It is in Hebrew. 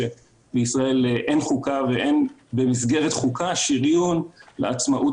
שבישראל אין חוקה ואין במסגרת חוקה שריון לעצמאות